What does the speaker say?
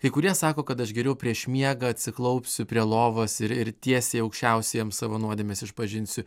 kai kurie sako kad aš geriau prieš miegą atsiklaupsiu prie lovos ir ir tiesiai aukščiausiajam savo nuodėmes išpažinsiu